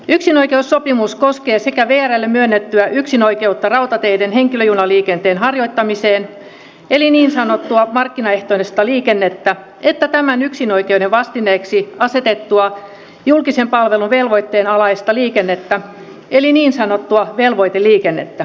yksinoikeussopimus koskee sekä vrlle myönnettyä yksinoikeutta rautateiden henkilöjunaliikenteen harjoittamiseen eli niin sanottua markkinaehtoista liikennettä että tämän yksinoikeuden vastineeksi asetettua julkisen palvelun velvoitteen alaista liikennettä eli niin sanottua velvoiteliikennettä